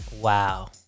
Wow